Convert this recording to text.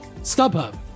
StubHub